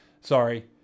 Sorry